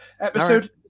episode